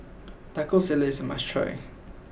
Taco Salad is a must try